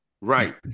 right